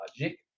Logic